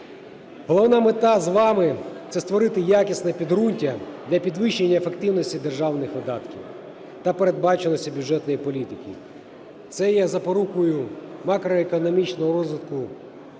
Головна мета з вами – це створити якісне підґрунтя для підвищення ефективності державних видатків та передбачуваності бюджетної політики. Це є запорукою макроекономічного розвитку,